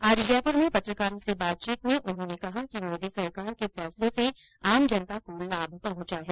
आज जयपुर में पत्रकारों से बातचीत में उन्होंने कहा कि मोदी सरकार के फैसलो से आम जनता को लाभ पहुंचा है